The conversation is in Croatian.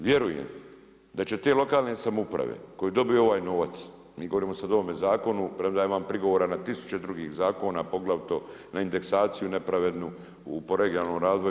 Vjerujem da će te lokalne samouprave koje dobiju ovaj novac, mi govorimo sada o ovome zakonu premda ja imam prigovora na tisuće drugih zakona, poglavito na indeksaciju nepravednu po regionalnom razvoju.